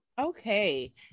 Okay